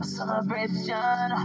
Celebration